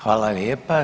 Hvala lijepa.